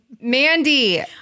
Mandy